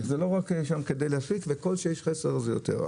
זה לא רק כדי --- וככל שיש חסר זה יותר.